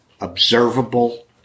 observable